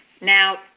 now